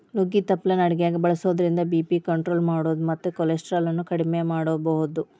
ನುಗ್ಗಿ ತಪ್ಪಲಾನ ಅಡಗ್ಯಾಗ ಬಳಸೋದ್ರಿಂದ ಬಿ.ಪಿ ಕಂಟ್ರೋಲ್ ಮಾಡಬೋದು ಮತ್ತ ಕೊಲೆಸ್ಟ್ರಾಲ್ ಅನ್ನು ಅಕೆಡಿಮೆ ಮಾಡಬೋದು